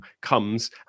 comes